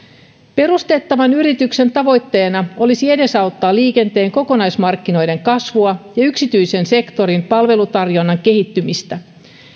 perustettavan yrityksen tavoitteena olisi edesauttaa liikenteen kokonaismarkkinoiden kasvua ja yksityisen sektorin palvelutarjonnan kehittymistä